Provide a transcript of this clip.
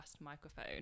microphone